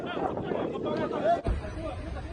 שמתעדים אותם כשהם פועלים במרחב הציבורי.